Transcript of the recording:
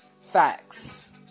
facts